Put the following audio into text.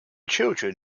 children